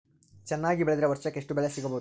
ಚೆನ್ನಾಗಿ ಬೆಳೆದ್ರೆ ವರ್ಷಕ ಎಷ್ಟು ಬೆಳೆ ಸಿಗಬಹುದು?